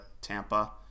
Tampa